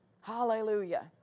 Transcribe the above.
Hallelujah